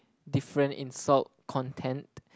different in salt content